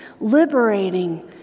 liberating